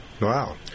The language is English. Wow